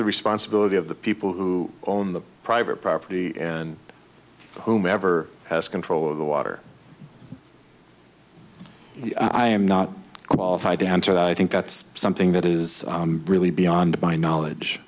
the responsibility of the people who own the private property and whomever has control of the water i am not qualified to answer that i think that's something that is really beyond my knowledge